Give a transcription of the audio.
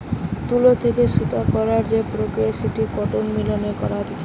তুলো থেকে সুতো করার যে প্রক্রিয়া সেটা কটন মিল এ করা হতিছে